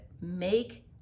make